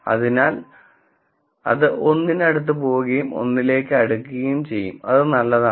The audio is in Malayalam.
അതിനാൽ അത് 1 ന് അടുത്ത് പോകുകയും 1 ലേക്ക് അടുക്കുകയും ചെയ്യും അത് നല്ലതാണ്